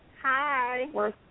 Hi